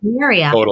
area